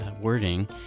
wording